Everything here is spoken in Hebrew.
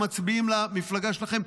שמצביעים למפלגה שלכם,